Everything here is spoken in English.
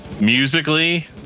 Musically